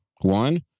one